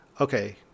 okay